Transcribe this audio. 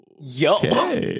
yo